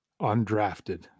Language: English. undrafted